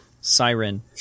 Siren